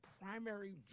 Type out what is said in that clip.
primary